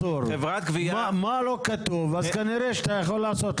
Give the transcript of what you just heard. מה שלא כתוב, כנראה שאתה יכול לעשות.